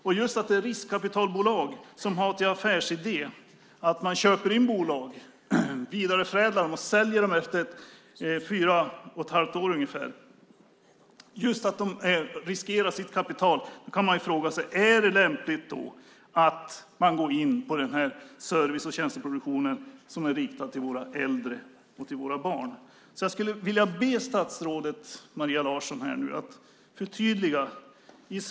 Just därför att det är riskkapitalbolag som har till affärsidé att köpa in bolag, vidareförädla dem och sälja dem efter ungefär fyra och ett halvt år kan man fråga sig om det är lämpligt att gå in på den service och tjänsteproduktionen som är riktad till våra äldre och barn. Jag ber statsrådet Maria Larsson att förtydliga sig.